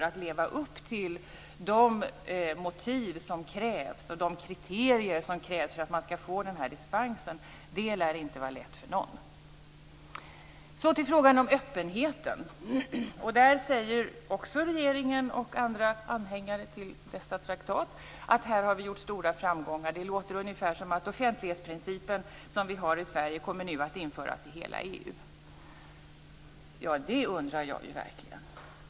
Att leva upp till de motiv och kriterier som krävs för att man skall få dispens lär inte vara lätt för någon. Så till frågan om öppenheten. Där säger också regeringen och andra anhängare av denna traktat att man har haft stora framgångar. Det låter ungefär som att den offentlighetsprincip som vi har i Sverige nu kommer att införas i hela EU. Ja, det undrar jag verkligen.